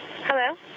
Hello